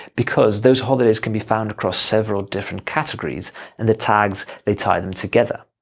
because those holidays can be found across several different categories and the tags they tie them together.